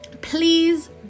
please